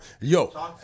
Yo